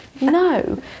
No